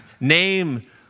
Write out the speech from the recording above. name